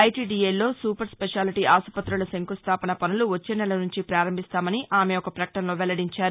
ఐటీడీఏల్లో super speciality ఆసుపత్రుల శంకుస్లాపన పనులు వచ్చే నెల నుంచి పారంభిస్తామని ఆమె ఒక ప్రపకటనలో వెల్లడించారు